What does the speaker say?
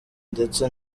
ndetse